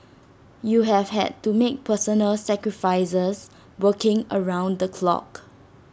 you have had to make personal sacrifices working around the clock